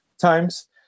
times